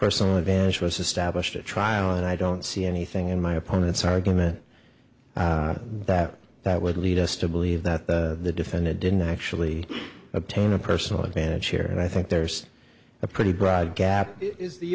personal advantage was established at trial and i don't see anything in my opponent's argument that that would lead us to believe that the defendant didn't actually obtain a personal advantage here and i think there's a pretty broad gap is the